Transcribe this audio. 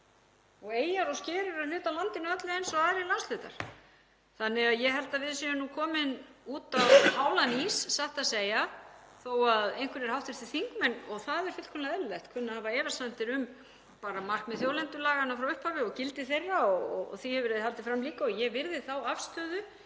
Eyjar og sker eru hluti af landinu öllu eins og aðrir landshlutar þannig að ég held að við séum komin út á hálan ís, satt að segja, þó að einhverjir hv. þingmenn, og það er fullkomlega eðlilegt, kunni að hafa efasemdir um bara markmið þjóðlendulaganna frá upphafi og gildi þeirra og því hefur verið haldið fram líka og ég virði þá afstöðu.